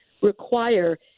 require